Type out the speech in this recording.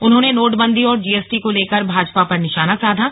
उन्होंने नोटबंदी और जीएसटी को लेकर भाजपा पर निशाना साधा